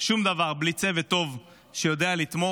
שום דבר בלי צוות טוב שיודע לתמוך,